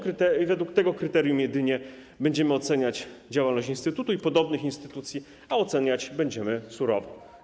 Jedynie według tego kryterium będziemy oceniać działalność instytutu i podobnych instytucji, a oceniać będziemy surowo.